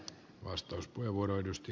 arvoisa puhemies